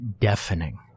deafening